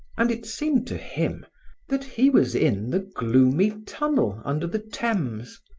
and it seemed to him that he was in the gloomy tunnel under the thames.